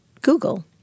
Google